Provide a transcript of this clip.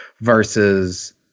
Versus